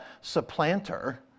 supplanter